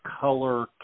color